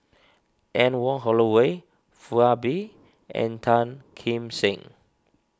Anne Wong Holloway Foo Ah Bee and Tan Kim Seng